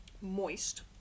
moist